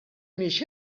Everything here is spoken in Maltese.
mhix